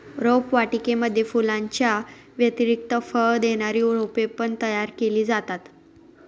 रोपवाटिकेमध्ये फुलांच्या व्यतिरिक्त फळ देणारी रोपे पण तयार केली जातात